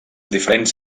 diferents